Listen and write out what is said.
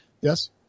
Yes